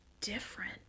different